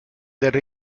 del